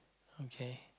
okay